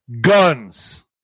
guns